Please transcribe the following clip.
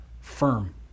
firm